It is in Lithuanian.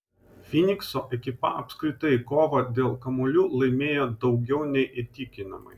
fynikso ekipa apskritai kovą dėl kamuolių laimėjo daugiau nei įtikinamai